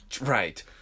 right